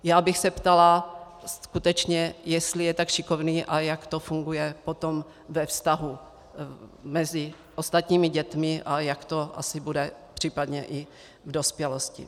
Já bych se ptala skutečně, jestli je tak šikovný a jak to funguje potom ve vztahu mezi ostatními dětmi a jak to asi bude případně i v dospělosti.